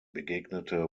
begegnete